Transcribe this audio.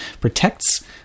protects